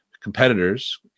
competitors